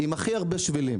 עם הכי הרבה שבילים